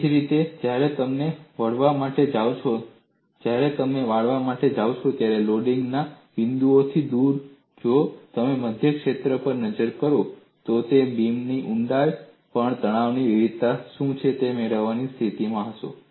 એ જ રીતે જ્યારે તમે વાળવા માટે જાઓ છો જ્યારે તમે વાળવા માટે જાઓ છો લોડિંગ ના બિંદુઓથી દૂર જો તમે મધ્ય શ્રેત્ર પર નજર કરો છો તો તમે બીમની ઊંડાઈ પર તણાવની વિવિધતા શું છે તે મેળવવાની સ્થિતિમાં હશો